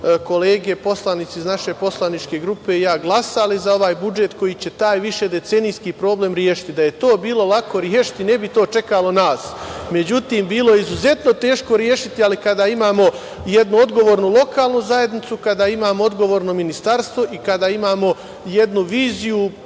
kolege poslanici iz naše poslaničke grupe i ja glasali za ovaj budžet, koji će taj višedecenijski problem rešiti. Da je to bilo lako rešiti, ne bi to čekalo nas. Međutim, bilo je izuzetno teško rešiti, ali kada imamo jednu odgovornu lokalnu zajednicu, kada imao odgovorno ministarstvo i kada imamo jednu viziju